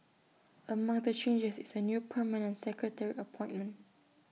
among the changes is A new permanent secretary appointment